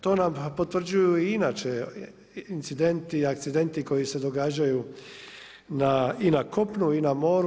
To nam potvrđuju i inače incidenti i akcidenti koji se događaju i na kopnu i na moru.